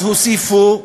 אז הוסיפו,